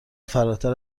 فراتر